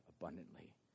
abundantly